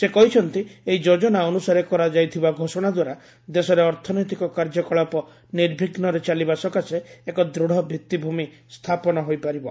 ସେ କହିଛନ୍ତି ଏହି ଯୋଜନା ଅନୁସାରେ କରାଯାଇଥିବା ଘୋଷଣା ଦ୍ୱାରା ଦେଶରେ ଅର୍ଥନୈତିକ କାର୍ଯ୍ୟକଳାପ ନିର୍ବିଘ୍ନରେ ଚାଲିବା ସକାଶେ ଏକ ଦୂତ୍ ଭିଭିଭୂମି ସ୍ଥାପନ ହୋଇପାରିବ